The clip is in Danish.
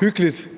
hyggeligt.